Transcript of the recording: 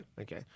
Okay